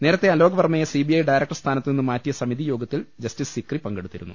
നേരത്തെ അലോക് വർമ്മയെ CBI director സ്ഥാനത്തു നിന്ന് മാറ്റിയ സമിതി യോഗത്തിൽ ജസ്റ്റിസ് സിക്രി പങ്കെടുത്തിരുന്നു